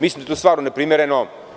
Mislim da je to stvarno neprimereno.